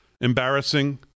embarrassing